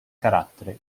carattere